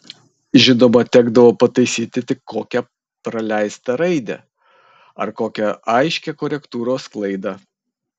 žinoma tekdavo pataisyti tik kokią praleistą raidę ar kokią aiškią korektūros klaidą